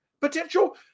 potential